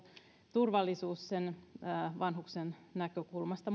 turvallisuus sen vanhuksen näkökulmasta